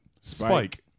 Spike